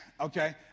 Okay